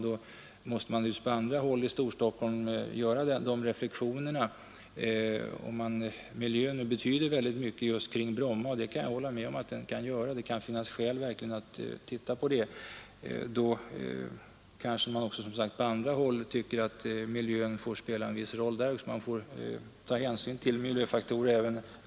Men om miljön betyder väldigt mycket just kring Bromma — Nr 35 och jag håller med om att den verkligen kan göra det — kanske man på Fredagen den andra håll i Storstockholm tycker att miljön bör spela en viss roll där 2 mars 1973 också.